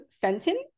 Fenton